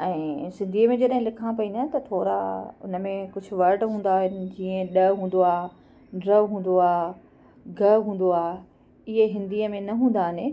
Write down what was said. ऐं सिंधीअ में जॾहिं लिखा पई न त थोरा उनमें कुझु वर्ड हूंदा आहिनि जीअं ॾ हूंदो आहे ॼ हूंदो आहे ॻ हूंदो आहे इहे हिंदीअ में न हूंदा आहिनि